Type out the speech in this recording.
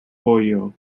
oglio